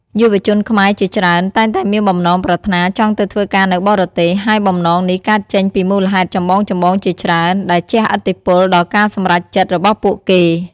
យុវជនខ្មែរជាច្រើនតែងតែមានបំណងប្រាថ្នាចង់ទៅធ្វើការនៅបរទេស ហើយបំណងនេះកើតចេញពីមូលហេតុចម្បងៗជាច្រើន ដែលជះឥទ្ធិពលដល់ការសម្រេចចិត្តរបស់ពួកគេ។